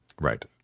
Right